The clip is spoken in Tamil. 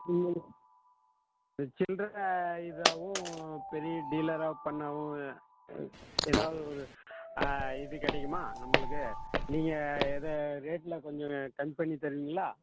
ம் இது சில்லற இதாகவும் பெரிய டீலராக பண்ணாலும் ஏதாவது ஒரு இது கிடைக்குமா நம்மளுக்கு நீங்கள் ஏதோ ரேட்டில் கொஞ்சம் கம்மி பண்ணித் தருவீங்களா